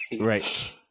Right